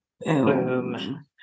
Boom